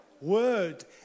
word